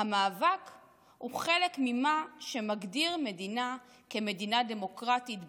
המאבק הוא חלק ממה שמגדיר מדינה כמדינה דמוקרטית בציבור.